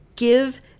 Give